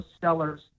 sellers